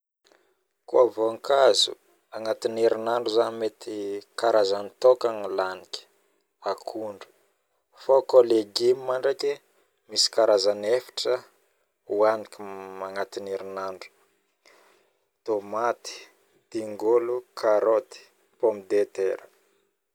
koa voankazo agnatiny herinandro zaho mety karazany taokana laniky akondro, fao kao legim ndraiky e misy karazany efatra oaniky agnatiny herinandro tomaty, dingolo, karaoty, pomme de terre